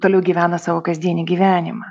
toliau gyvena savo kasdienį gyvenimą